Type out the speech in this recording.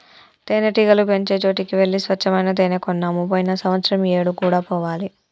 తేనెటీగలు పెంచే చోటికి వెళ్లి స్వచ్చమైన తేనే కొన్నాము పోయిన సంవత్సరం ఈ ఏడు కూడా పోవాలి